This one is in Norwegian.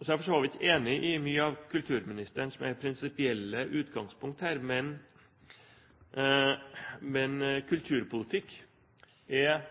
er for så vidt enig i mye av kulturministerens prinsipielle utgangspunkt her. Men kulturpolitikk er